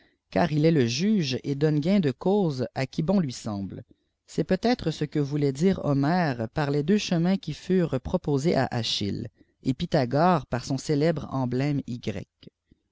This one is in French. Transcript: car il est lé jtigé et donhé gaitt dé éatlé à ui àon lui semble cest peutêtre ce qjlé voulait fifé hdittèè paft les deux chemins qui furent p i osês â achîlïeï ei pylihagbi'é par sbn célèbre emblème y